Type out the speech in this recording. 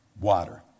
Water